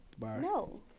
No